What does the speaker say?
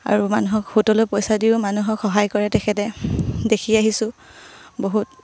আৰু মানুহক সুদলৈ পইচা দিও মানুহক সহায় কৰে তেখেতে দেখি আহিছোঁ বহুত